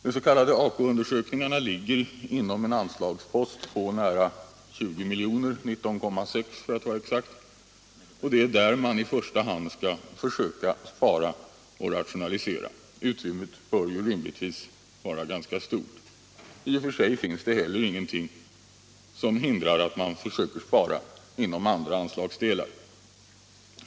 De s.k. AKU-undersökningarna ligger inom en anslagspost på 19,6 milj.kr., och det är där man i första hand skall försöka spara och rationalisera. Utrymmet bör rimligtvis vara ganska stort. I och för sig finns det heller inget som hindrar att man försöker spara också inom andra anslagsdelar.